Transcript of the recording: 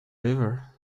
river